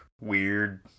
Weird